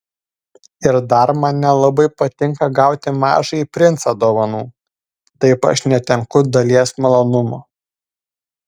ir dar man nelabai patinka gauti mažąjį princą dovanų taip aš netenku dalies malonumo